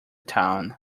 town